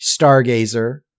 stargazer